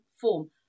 form